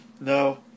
No